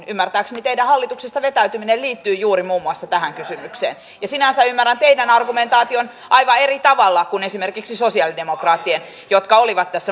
ymmärtääkseni teidän hallituksesta vetäytymisenne liittyi juuri muun muassa tähän kysymykseen sinänsä ymmärrän teidän argumentaationne aivan eri tavalla kuin esimerkiksi sosialidemokraattien jotka olivat tässä